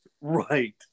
Right